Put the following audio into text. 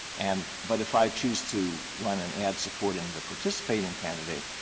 and but if i choose to run an ad supporting the participating candidate,